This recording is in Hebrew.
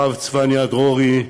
הרב צפניה דרורי,